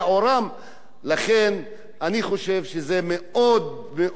לכן, אני חושב שזה מאוד מאוד חיוני